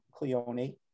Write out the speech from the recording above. Cleone